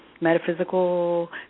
Metaphysical